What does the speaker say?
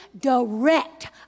direct